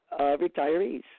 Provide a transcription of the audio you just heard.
retirees